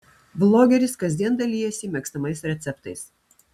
vlogeris kasdien dalijasi mėgstamais receptais